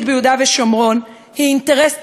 ביהודה ושומרון היא אינטרס ציבורי,